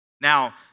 Now